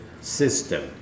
system